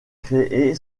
créé